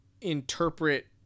interpret